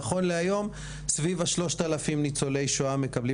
נכון להיום סביב ה-3,000 ניצולי שואה מקבלים